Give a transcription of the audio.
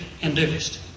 induced